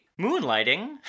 moonlighting